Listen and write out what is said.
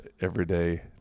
everyday